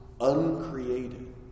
uncreated